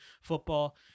football